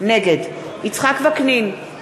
נגד יצחק וקנין,